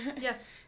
Yes